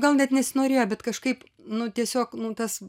gal net nesinorėjo bet kažkaip nu tiesiog nu tas